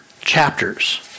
chapters